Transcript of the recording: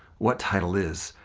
what title is,